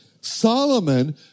Solomon